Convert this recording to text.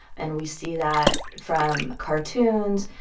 and we see that from cartoons,